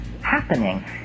happening